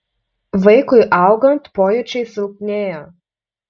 vaikui augant pojūčiai silpnėja